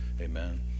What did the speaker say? Amen